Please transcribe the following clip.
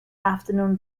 afternoon